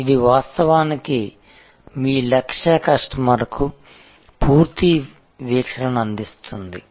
png ఇది వాస్తవానికి మీ లక్ష్య కస్టమర్కు పూర్తి వీక్షణను అందిస్తుంది